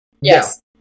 Yes